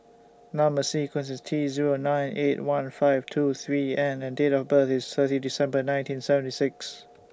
Number sequence IS T Zero nine eight one five two three N and Date of birth IS thirty December nineteen seventy six